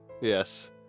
Yes